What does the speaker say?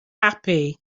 happy